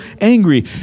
angry